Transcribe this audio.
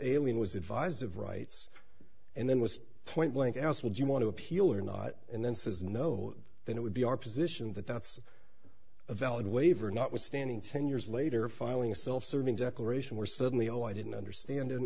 alien was advised of rights and then was point blank else would you want to appeal or not and then says no then it would be our position that that's a valid waiver notwithstanding ten years later filing a self serving declaration where suddenly oh i didn't understand